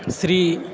Shri